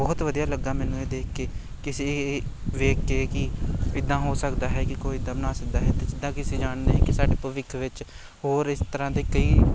ਬਹੁਤ ਵਧੀਆ ਲੱਗਾ ਮੈਨੂੰ ਇਹ ਦੇਖ ਕੇ ਕਿਸੇ ਵੇਖ ਕੇ ਕਿ ਇੱਦਾਂ ਹੋ ਸਕਦਾ ਹੈ ਕਿ ਕੋਈ ਇੱਦਾਂ ਬਣਾ ਸਕਦਾ ਹੈ ਅਤੇ ਜਿੱਦਾਂ ਕਿ ਤੁਸੀਂ ਜਾਣਦੇ ਕਿ ਸਾਡੇ ਭਵਿੱਖ ਵਿੱਚ ਹੋਰ ਇਸ ਤਰ੍ਹਾਂ ਦੇ ਕਈ